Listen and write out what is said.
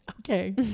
Okay